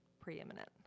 preeminent